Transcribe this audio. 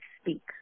speak